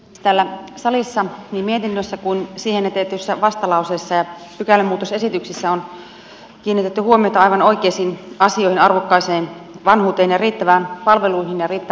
täällä salissa niin mietinnössä kuin siihen jätetyssä vastalauseessa ja pykälämuutosesityksessä on kiinnitetty huomiota aivan oikeisiin asioihin arvokkaaseen vanhuuteen ja riittäviin palveluihin ja riittävään resursointiin